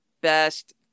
best